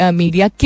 media